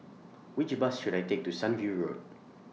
Which Bus should I Take to Sunview Road